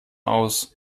aus